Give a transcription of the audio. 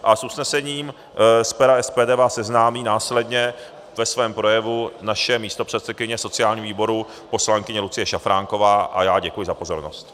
S usnesením z pera SPD vás seznámí následně ve svém projevu naše místopředsedkyně sociálního výboru poslankyně Lucie Šafránková a já děkuji za pozornost.